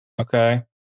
Okay